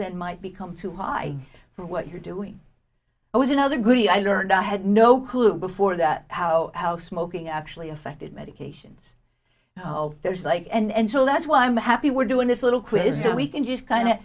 that might become too high for what you're doing it was another good i learned i had no clue before that how how smoking actually affected medications oh there's like and so that's why i'm happy we're doing this little quiz so we can just kind